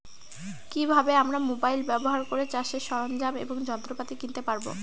কি ভাবে আমরা মোবাইল ব্যাবহার করে চাষের সরঞ্জাম এবং যন্ত্রপাতি কিনতে পারবো?